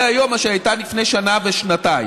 היום ממה שהיא הייתה לפני שנה ושנתיים.